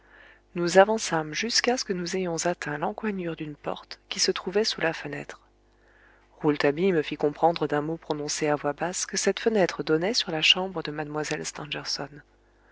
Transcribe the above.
nous avançâmes jusqu'à ce que nous ayons atteint l'encoignure d'une porte qui se trouvait sous la fenêtre rouletabille me fit comprendre d'un mot prononcé à voix basse que cette fenêtre donnait sur la chambre de mlle